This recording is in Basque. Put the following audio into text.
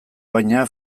baina